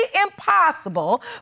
impossible